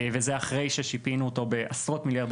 וזה אחרי ששיפינו אותו בעשרות מיליארדי